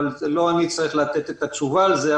אבל לא אני צריך לתת את התשובה על זה.